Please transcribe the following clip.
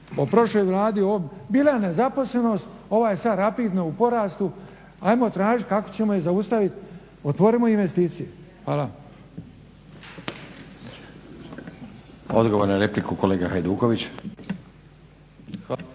o prošloj Vladi. Bila je nezaposlenost, ova je sad rapidno u porastu. Ajmo tražiti kako ćemo je zaustaviti, otvorimo investicije. Hvala.